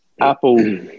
apple